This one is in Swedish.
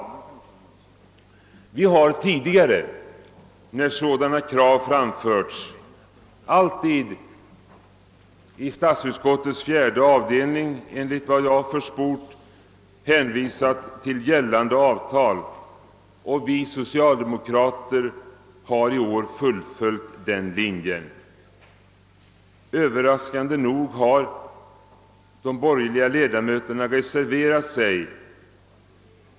Vi har tidigare när sådana krav framförts alltid i statsutskottets fjärde avdelning enligt vad jag försport hänvisat till gällande avtal, och vi socialdemokrater har i år fullföljt denna linje. Överraskande nog har de borgerliga ledamöterna reserverat sig häremot.